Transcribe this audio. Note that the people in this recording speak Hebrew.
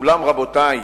אולם, רבותי,